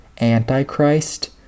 Antichrist